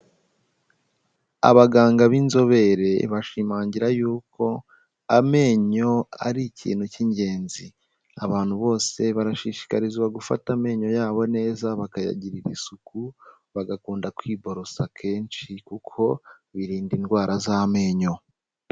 Abaganga b'inzobere bashimangira y'uko, amenyo ari ikintu cy'ingenzi, abantu bose barashishikarizwa gufata amenyo yabo neza bakayagirira isuku, bagakunda kwiborosa kenshi, kuko birinda indwara z'amenyo.